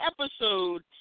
episode